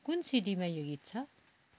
कुन सिडीमा यो गीत छ